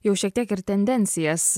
jau šiek tiek ir tendencijas